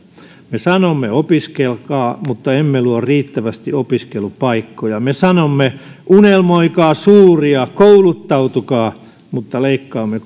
me sanomme opiskelkaa mutta emme luo riittävästi opiskelupaikkoja me sanomme unelmoikaa suuria kouluttautukaa mutta leikkaamme